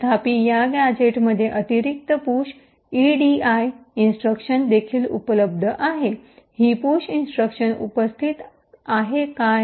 तथापि या गॅझेटमध्ये अतिरिक्त पुश इडीआय इन्स्ट्रक्शन देखील उपलब्ध आहे ही पुश इन्स्ट्रक्शन उपस्थित आहे काय